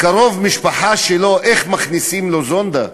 קרוב משפחה שלו שמכניסים לו זונדה?